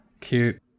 Cute